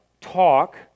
talk